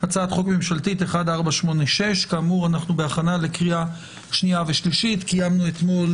הצעת חוק ממשלתית 1486. קיימנו אתמול